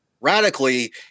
radically